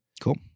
Cool